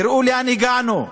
תראו לאן הגענו.